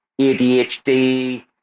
ADHD